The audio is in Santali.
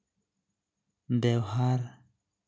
ᱵᱮᱣᱦᱟᱨ